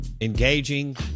Engaging